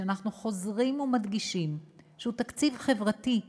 שאנחנו חוזרים ומדגישים שהוא תקציב חברתי,